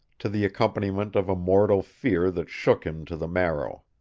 to the accompaniment of a mortal fear that shook him to the marrow.